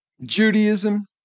Judaism